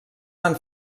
van